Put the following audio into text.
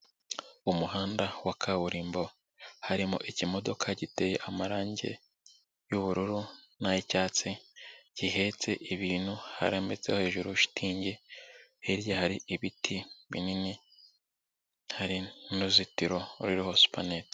Umuhanda wa kaburimbo harimo ikimodoka giteye amarange y'ubururu n'ay'icyatsi gihetse ibintu, harambitseho hejuru shitingi, hirya hari ibiti binini, hari n'uruzitiro ruriho supanete.